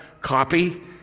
copy